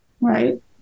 right